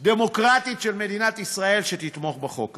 דמוקרטית של מדינת ישראל שתתמוך בחוק הזה.